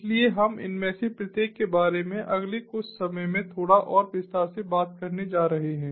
इसलिए हम इनमें से प्रत्येक के बारे में अगले कुछ समय में थोड़ा और विस्तार से बात करने जा रहे हैं